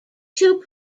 two